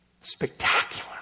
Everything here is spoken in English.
spectacular